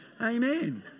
Amen